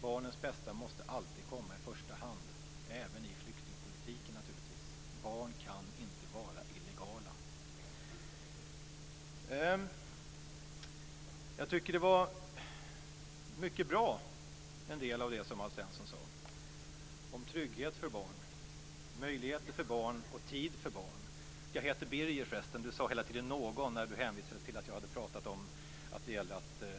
Barnens bästa måste alltid komma i första hand, även i flyktingpolitiken naturligtvis. Barn kan inte vara illegala. Jag tycker att en del av det som Alf Svensson sade var mycket bra, om trygghet för barn, möjligheter för barn och tid för barn. Jag heter Birger, förresten. Alf Svensson sade hela tiden någon när han hänvisade till att jag hade talat om att det gäller att se barn.